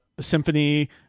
symphony